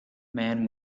man